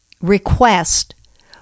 request